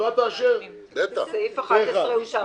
הצבעה בעד, פה אחד נגד, אין סעיף 11 נתקבל.